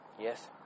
Yes